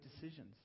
decisions